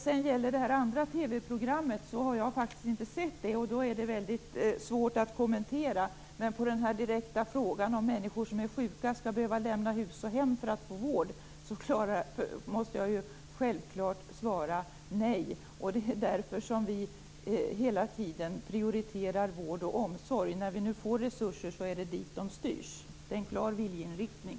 Jag har faktiskt inte sett det här TV-programmet. Då är det väldigt svårt att kommentera det. Men på den direkta frågan om människor som är sjuka skall behöva lämna hus och hem för att få vård måste jag självklart svara nej. Det är därför som vi hela tiden prioriterar vård och omsorg. När vi nu får resurser är det dit de styrs. Det är en klar viljeinriktning.